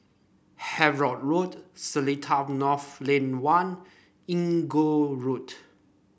Havelock Road Seletar North Lane One Inggu Road